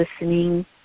listening